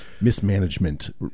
mismanagement